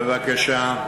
בבקשה.